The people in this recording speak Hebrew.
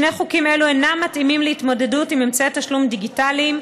שני חוקים אלה אינם מתאימים להתמודדות עם אמצעי תשלום דיגיטליים.